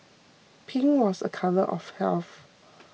pink was a colour of health